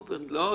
לא,